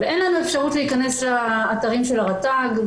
ואין לנו אפשרות להיכנס לאתרים של הרט"ג.